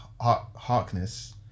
Harkness